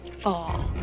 fall